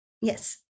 Yes